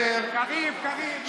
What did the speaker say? קריב, קריב.